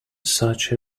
such